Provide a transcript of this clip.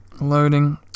Loading